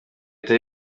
leta